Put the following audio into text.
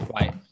Right